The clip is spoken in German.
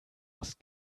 aus